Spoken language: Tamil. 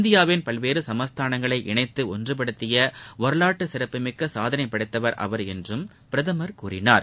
இந்தியாவின் பல்வேறு சமஸ்தானங்களை இணைத்து ஒன்றுபடுத்திய வரலாற்று சிறப்பு மிக்க சாதனைபடைத்தவர் அவர் என்றும் கூறியிருக்கிறார்